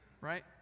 Right